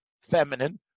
Feminine